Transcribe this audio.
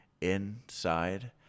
inside